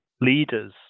leaders